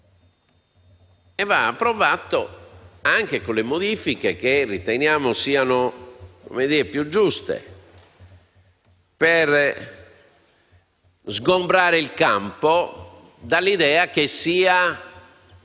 - approvato, anche con le modifiche che riteniamo siano più giuste per sgombrare il campo dall'idea che sia